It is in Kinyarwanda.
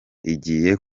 igiye